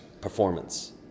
performance